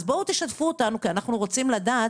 בואו ותשתפו אותנו, כי אנחנו רוצים לדעת.